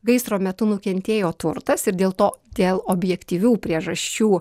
gaisro metu nukentėjo turtas ir dėl to dėl objektyvių priežasčių